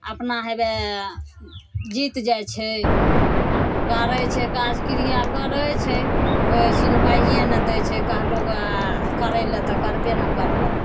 अपना हेवए जीत जाइ छै करै छै काज किरिया करै छै कोइ सुनबाइये नहि दै छै कहलू गऽ करै लए तऽ करबे ने कयलक